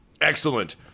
Excellent